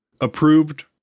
Approved